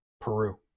Peru